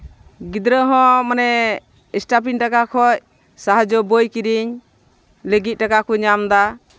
ᱜᱤᱫᱽᱨᱟᱹ ᱦᱚᱸ ᱢᱟᱱᱮ ᱥᱴᱟᱯᱷᱮᱱ ᱴᱟᱠᱟ ᱠᱷᱚᱡ ᱥᱟᱦᱟᱡᱽ ᱡᱚ ᱵᱳᱭ ᱠᱤᱨᱤᱧ ᱞᱟᱹᱜᱤᱫ ᱴᱟᱠᱟ ᱠᱚ ᱧᱟᱢᱫᱟ